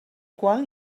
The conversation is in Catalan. qual